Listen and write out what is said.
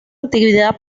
actividad